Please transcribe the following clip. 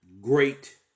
great